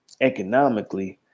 economically